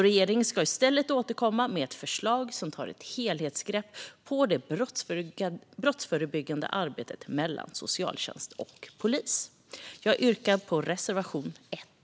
Regeringen ska i stället återkomma med ett förslag som tar ett helhetsgrepp om det brottsförebyggande arbetet mellan socialtjänst och polis. Jag yrkar bifall till reservation 1.